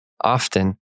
Often